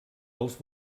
als